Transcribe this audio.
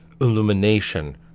illumination